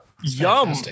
Yum